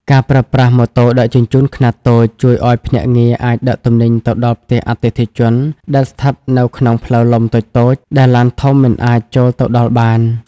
ការប្រើប្រាស់ "ម៉ូតូដឹកជញ្ជូនខ្នាតតូច" ជួយឱ្យភ្នាក់ងារអាចដឹកទំនិញទៅដល់ផ្ទះអតិថិជនដែលស្ថិតនៅក្នុងផ្លូវលំតូចៗ ដែលឡានធំមិនអាចចូលទៅដល់បាន។